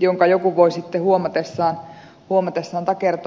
johon joku voi sitten huomatessaan takertua